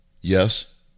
Yes